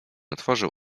otworzył